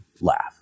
laugh